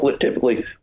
typically